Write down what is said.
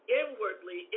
inwardly